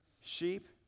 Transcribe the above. sheep